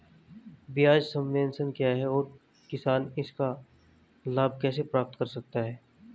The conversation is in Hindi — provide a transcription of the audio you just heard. ब्याज सबवेंशन क्या है और किसान इसका लाभ कैसे प्राप्त कर सकता है?